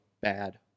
bad